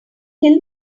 kill